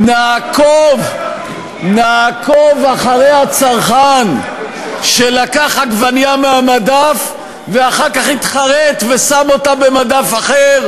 נעקוב אחרי הצרכן שלקח עגבנייה מהמדף ואחר כך התחרט ושם אותה במדף אחר?